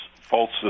false